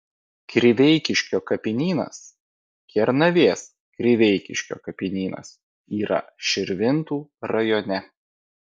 kriveikiškio kapinynas kernavės kriveikiškio kapinynas yra širvintų rajone